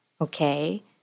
okay